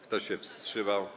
Kto się wstrzymał?